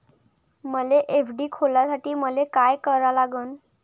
मले एफ.डी खोलासाठी मले का करा लागन?